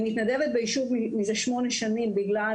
אני מתנדבת ביישוב מזה שמונה שנים בגלל